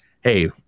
Hey